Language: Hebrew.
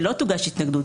שלא תוגש התנגדות.